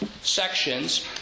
sections